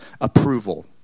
approval